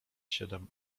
siedem